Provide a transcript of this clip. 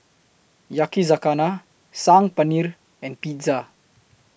Yakizakana Saag Paneer and Pizza